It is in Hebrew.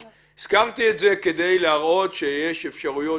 אני הזכרתי את זה רק כדי להראות שיש אפשרויות